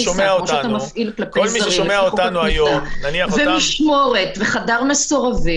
שאתה מפעיל כלפי זרים על פי חוק הכניסה ומשמורת וחדר מסורבים,